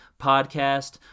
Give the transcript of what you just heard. Podcast